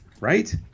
right